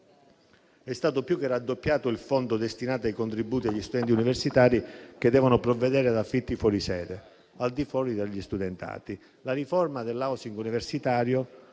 è stato più che raddoppiato il fondo destinato ai contributi agli studenti universitari che devono provvedere ad affitti fuori sede, al di fuori degli studentati. La riforma dell'*housing* universitario,